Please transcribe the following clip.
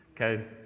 Okay